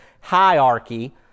hierarchy